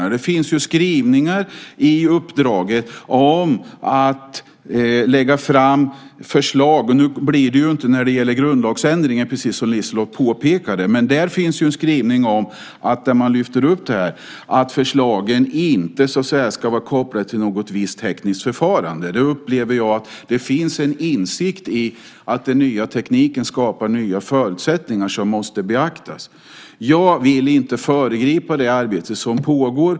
I uppdraget finns det skrivningar om att lägga fram förslag - ja, det blir ju ingen grundlagsändring, som Liselott påpekade - om att förslagen inte ska vara kopplade till något visst tekniskt förfarande. Det finns en insikt om att den nya tekniken skapar nya förutsättningar som måste beaktas. Jag vill inte föregripa det arbete som pågår.